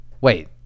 wait